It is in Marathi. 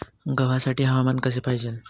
गव्हासाठी हवामान कसे पाहिजे?